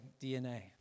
DNA